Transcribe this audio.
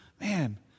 Man